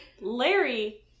Larry